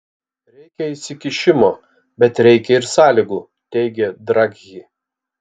reikia įsikišimo bet reikia ir sąlygų teigė draghi